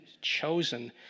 chosen